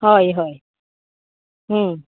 हय हय